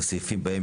סעיפים 88-87,